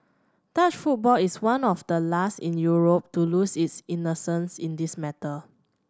Dutch football is one of the last in Europe to lose its innocence in this matter